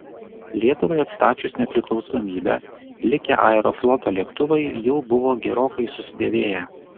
lietuvai atstačius nepriklausomybę likę aerofloto lėktuvai jau buvo gerokai susidėvėję